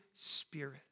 Spirit